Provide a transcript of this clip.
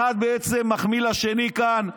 אחד בעצם מחמיא לשני כאן.